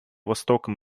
востоком